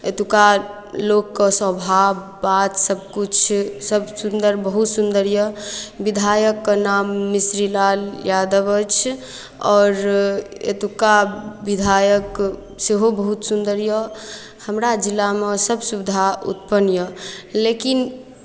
एतुक्का लोकके स्वभाव बात सभकिछु सभ सुन्दर बहुत सुन्दर यए विधायकके नाम मिश्रीलाल यादव अछि आओर एतुक्का विधायक सेहो बहुत सुन्दर यए हमरा जिलामे सभ सुविधा उत्पन्न यए लेकिन